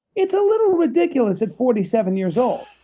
it's a little ridiculous at forty seven years old.